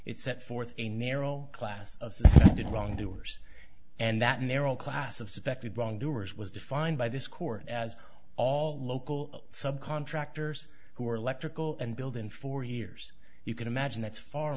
it set forth a narrow class of did wrong doers and that narrow class of suspected wrongdoers was defined by this court as all local sub contractors who are electrical and building for years you can imagine that's far